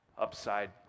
upside